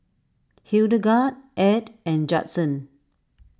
Hildegard Edd and Judson